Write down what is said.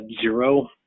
zero